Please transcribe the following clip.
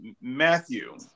Matthew